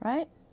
Right